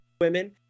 women